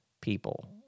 people